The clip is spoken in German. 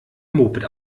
moped